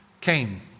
came